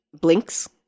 blinks